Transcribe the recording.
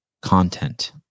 content